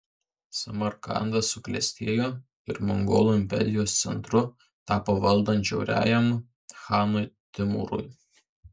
samarkandas suklestėjo ir mongolų imperijos centru tapo valdant žiauriajam chanui timūrui